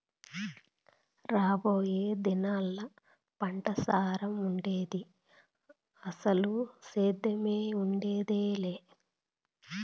రాబోయే దినాల్లా పంటసారం ఉండేది, అసలు సేద్దెమే ఉండేదెలా